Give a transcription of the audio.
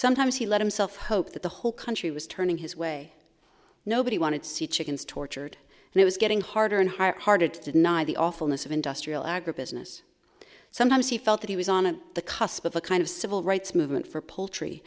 sometimes he let himself hope that the whole country was turning his way nobody wanted to see chickens tortured and it was getting harder and harder hearted did neither the awfulness of industrial agribusiness sometimes he felt that he was on the cusp of a kind of civil rights movement for poultry